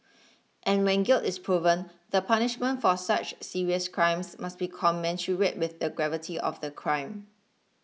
and when guilt is proven the punishment for such serious crimes must be commensurate with the gravity of the crime